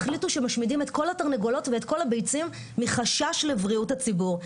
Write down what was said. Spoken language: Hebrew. החליטו שמשמידים את כל התרנגולות ואת כל הביצים מחשש לבריאות הציבור.